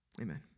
Amen